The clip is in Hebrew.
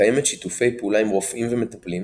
מקיימת שיתופי פעולה עם רופאים ומטפלים,